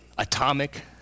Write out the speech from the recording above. atomic